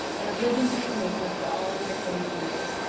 and i've lived in costa mesa for all of my forty three years.